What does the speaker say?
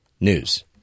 News